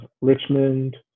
Richmond